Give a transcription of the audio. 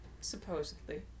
Supposedly